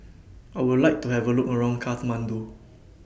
I Would like to Have A Look around Kathmandu